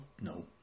no